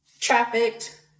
trafficked